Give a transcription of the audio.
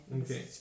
Okay